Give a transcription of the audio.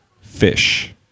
fish